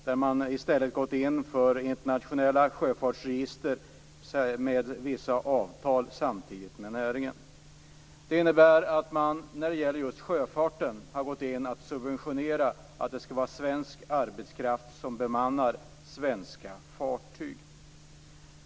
Där har man gått in för internationella sjöfartsregister med vissa avtal med näringen. Det innebär att man i Sverige när det gäller just sjöfarten har valt att subventionera att det skall vara svensk arbetskraft som bemannar svenska fartyg.